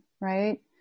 right